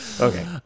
Okay